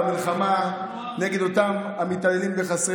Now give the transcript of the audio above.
במלחמה נגד אותם המתעללים בחסרי